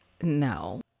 no